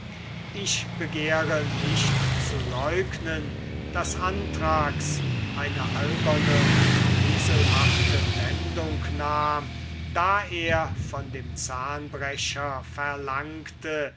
ich begehre nicht zu leugnen daß anthrax eine alberne und eselhafte wendung nahm da er von dem zahnbrecher verlangte